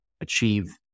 achieve